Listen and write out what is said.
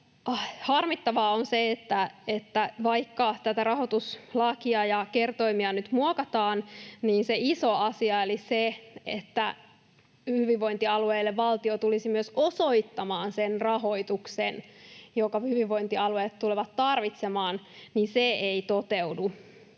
harmittavaa on se, että vaikka tätä rahoituslakia ja kertoimia nyt muokataan, niin se iso asia eli se, että hyvinvointialueille valtio tulisi myös osoittamaan sen rahoituksen, jonka hyvinvointialueet tulevat tarvitsemaan, ei toteudu.